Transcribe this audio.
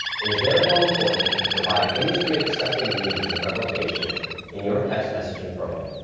it is therefore important to provide industry-accepted means of revocation in your text messaging program.